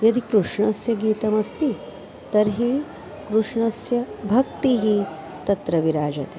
यदि कृष्णस्य गीतमस्ति तर्हि कृष्णस्य भक्तिः तत्र विराजते